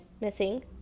missing